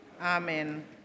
amen